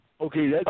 Okay